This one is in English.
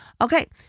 okay